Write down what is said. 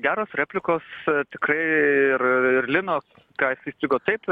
geros replikos tikrai ir ir linos kas įstrigo taip